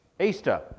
Easter